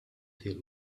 deal